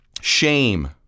shame